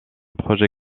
projet